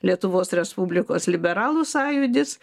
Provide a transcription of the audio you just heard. lietuvos respublikos liberalų sąjūdis